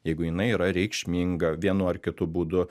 jeigu jinai yra reikšminga vienu ar kitu būdu